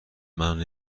منو